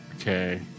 Okay